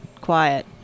quiet